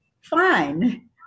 fine